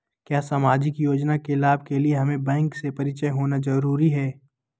क्या सामाजिक योजना के लाभ के लिए हमें बैंक से परिचय होना जरूरी है?